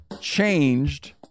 changed